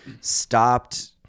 stopped